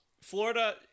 Florida